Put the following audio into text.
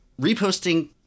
reposting